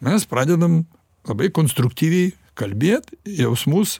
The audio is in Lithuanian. mes pradedam labai konstruktyviai kalbėt jausmus